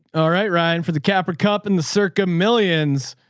all right, ryan, for the capra cup and the circa millions,